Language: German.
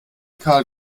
kahl